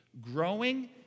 growing